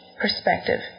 perspective